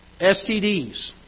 STDs